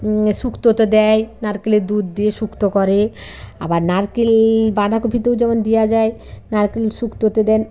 শুক্তোতে দেয় নারকেলের দুদ দিয়ে শুক্তো করে আবার নারকেল বাঁধাকপিতেও যেমন দেওয়া যায় নারকেল শুক্তোতে দেন